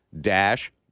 dash